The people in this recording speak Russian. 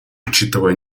учитывая